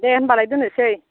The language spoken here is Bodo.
दे होनबालाय दोननोसै